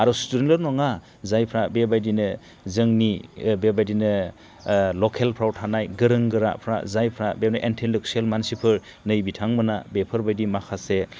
आरो स्टुडेन्टल' नङा जायफ्रा बेबादिनो जोंनि बेबादिनो लकेलफ्राव थानाय गोरों गोराफ्रा जायफ्रा एन्टिलेकसुयेल मानसिफोर नै बिथांमोना बेफोरबायदि माखासे